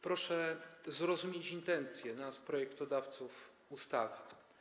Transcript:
Proszę zrozumieć intencje projektodawców ustawy.